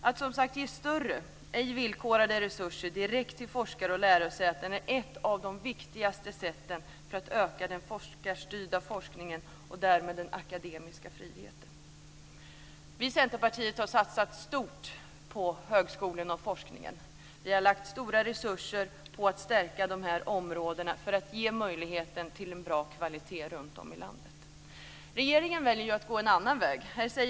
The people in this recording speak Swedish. Att ge större, ej villkorade, resurser direkt till forskare och lärosäten är ett av de viktigaste sätten att öka omfattningen av den forskarstyrda forskningen, och därmed öka den akademiska friheten. Vi i Centerpartiet har satsat stort på högskolorna och forskningen. Vi har lagt stora resurser på att stärka dessa områden och ge högskolorna runtom i landet möjlighet att skapa bra kvalitet. Regeringen väljer att gå en annan väg.